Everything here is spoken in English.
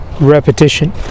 repetition